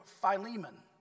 Philemon